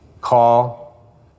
call